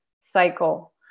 cycle